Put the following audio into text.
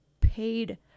paid